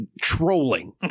trolling